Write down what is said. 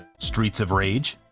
streets of rage,